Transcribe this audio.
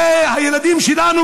הרי הילדים שלנו,